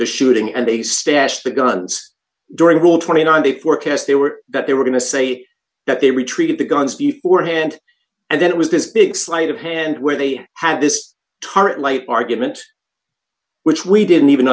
the shooting and they stashed the guns during war twenty nine the forecasts they were that they were going to say that they retreated the guns before hand and then it was this big sleight of hand where they had this target my argument which we didn't even